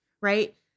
Right